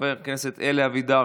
חבר הכנסת אלי אבידר,